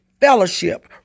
fellowship